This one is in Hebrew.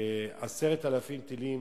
כ-10,000 טילים